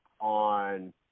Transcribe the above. on